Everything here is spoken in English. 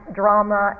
drama